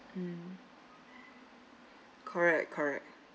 mm correct correct